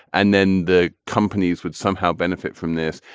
and then the companies would somehow benefit from this.